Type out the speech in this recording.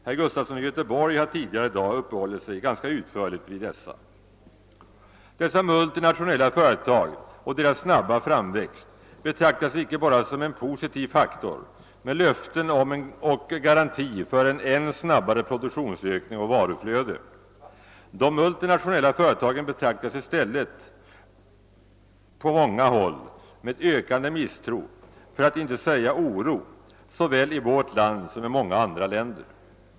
Herr Gustafson i Göteborg har tidigare i dag uppehållit sig ganska utförligt vid frågan om dessa företag. De multinationella företagen och deras snabba framväxt betraktas icke bara som en positiv faktor med löften om och garanti för en än snabbare produktionsökning och ett än snabbare varuflöde. De multinationella företagen betraktas i stället på många håll med ökande misstro, för att icke säga oro, av många såväl i vårt land som i många andra länder.